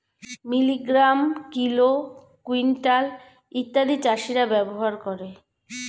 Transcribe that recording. milligram, kilo, quintal ইত্যাদি চাষীরা ব্যবহার করে